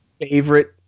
favorite